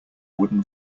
wooden